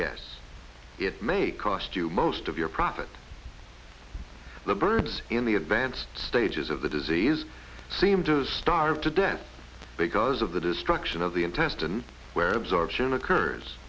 guess it may cost you most of your profit the birds in the advanced stages of the disease seem to starve to death because of the destruction of the intestine where absorption o